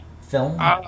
film